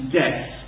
death